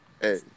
Hey